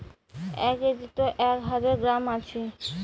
এক কেজিত এক হাজার গ্রাম আছি